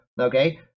okay